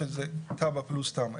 שזה תב"ע פלוס תמ"א.